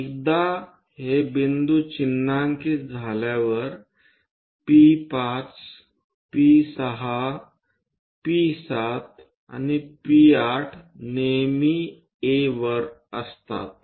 एकदा हे बिंदू चिन्हांकित झाल्यावर P5 P6 P7 आणि P8 नेहमी A वर असतात